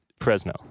Fresno